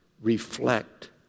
reflect